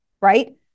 right